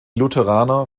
lutheraner